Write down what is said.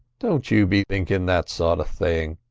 don't you be thinking that sort of thing,